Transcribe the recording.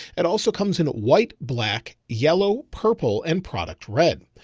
it also comes in white, black, yellow, purple, and product red.